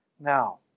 Now